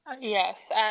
Yes